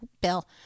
Bill